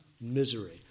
misery